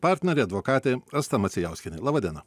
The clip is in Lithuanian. partnerė advokatė asta macijauskienė laba diena